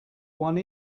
one